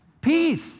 Peace